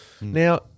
Now